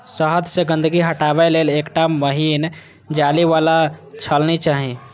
शहद सं गंदगी हटाबै लेल एकटा महीन जाली बला छलनी चाही